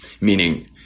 meaning